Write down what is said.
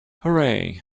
hooray